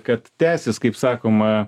kad tęsis kaip sakoma